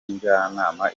njyanama